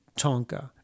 Tonka